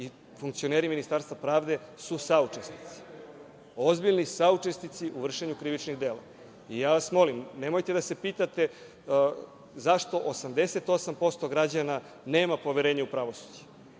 i funkcioneri Ministarstva pravde, su saučesnici, ozbiljni saučesnici u vršenju krivičnih dela. Molim vas, nemojte da se pitate zašto 88% građana nema poverenje u pravosuđe.